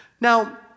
Now